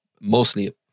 mostly